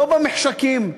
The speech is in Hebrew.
לא במחשכים,